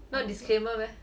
not disclaimer meh